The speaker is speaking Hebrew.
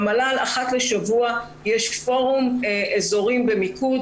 במל"ל אחת לשבוע יש פורום אזורים במיקוד,